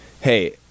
hey